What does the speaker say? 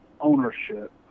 ownership